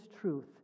truth